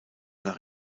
nach